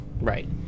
Right